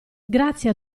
grazie